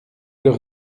leur